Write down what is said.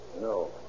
No